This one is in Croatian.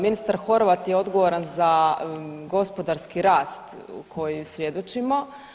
Ministar Horvat je odgovoran za gospodarski rast o kojem svjedočimo.